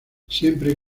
siempre